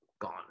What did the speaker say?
gone